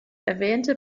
erwähnte